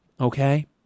okay